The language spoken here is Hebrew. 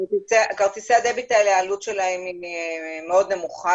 כרטיסי הדביט האלה, העלות שלהם היא מאוד נמוכה.